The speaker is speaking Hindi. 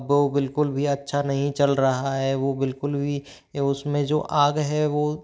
वो बिल्कुल भी अच्छा नहीं चल रहा है वो बिल्कुल भी उसमें जो आग है वो